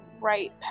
right